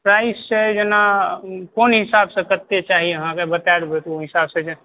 price छै जेना कोन हिसाब सँ कतेक चाही अहाँके बता देबै तऽ ओइ हिसाब सँ जे